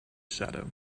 shadow